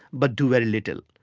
but do a little.